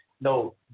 no